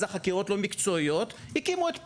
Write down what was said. אז החקירות לא מקצועיות, הקימו את "פלס".